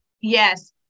Yes